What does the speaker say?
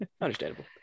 understandable